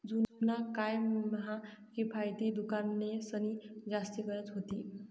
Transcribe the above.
जुना काय म्हा किफायती दुकानेंसनी जास्ती गरज व्हती